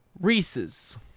Reese's